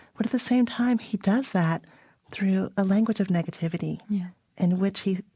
but at the same time, he does that through a language of negativity in which he